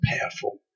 powerful